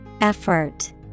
Effort